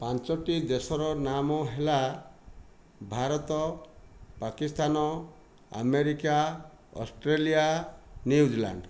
ପାଞ୍ଚୋଟି ଦେଶର ନାମ ହେଲା Bharat Pakistan America Australia New Zealand